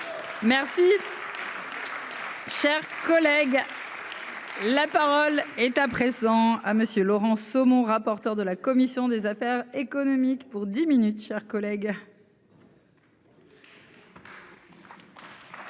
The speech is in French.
Merci. Cher collègue. La parole. État présent à monsieur Laurent Somon, rapporteur de la commission des affaires économiques pour 10 minutes, chers collègues.